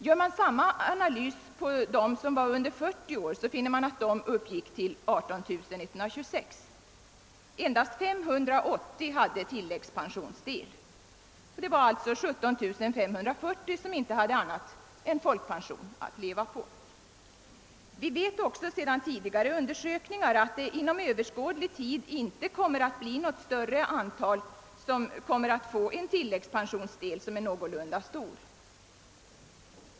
Gör man samma analys beträffande dem som var under 40 år, finner man att de uppgick till 18126. Endast 580 hade tilläggspensionsdel. Det var alltså 17 546 som inte hade annat än folkpension att leva på. Redan av tidigare undersökningar framgår att det inom överskådlig tid inte kommer att bli något större antal som får en någorlunda stor tilläggspensionsdel.